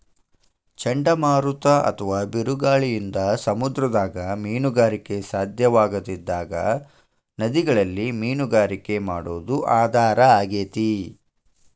ಚಂಡಮಾರುತ ಅತ್ವಾ ಬಿರುಗಾಳಿಯಿಂದ ಸಮುದ್ರದಾಗ ಮೇನುಗಾರಿಕೆ ಸಾಧ್ಯವಾಗದಿದ್ದಾಗ ನದಿಗಳಲ್ಲಿ ಮೇನುಗಾರಿಕೆ ಮಾಡೋದು ಆಧಾರ ಆಗೇತಿ